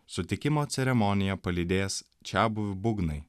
sutikimo ceremoniją palydės čiabuvių būgnai